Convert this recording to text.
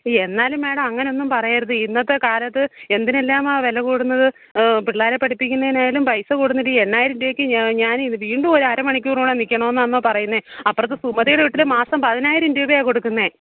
ഈ എന്നാലും മേഡം അങ്ങനെയൊന്നും പറയരുത് ഇന്നത്തെ കാലത്ത് എന്തിനെല്ലാമാണ് വിലകൂടുന്നത് പിള്ളാരെ പഠിപ്പിക്കുന്നതിനായാലും പൈസ കൂടുന്നില്ലെ ഈ എണ്ണായിരം രൂപയ്ക്ക് ഞാനിത് വീണ്ടും ഒരു അരമണിക്കൂറോളം നിൽക്കണമെന്നാന്നോ പറയുന്നത് അപ്പുറത്ത് സുമതിയുടെ വീട്ടിൽ മാസം പതിനായിരം രൂപയാണ് കൊടുക്കുന്നത്